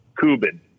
Cuban